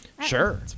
Sure